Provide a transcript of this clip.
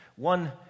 One